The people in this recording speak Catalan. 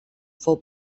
fou